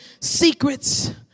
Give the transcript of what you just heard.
secrets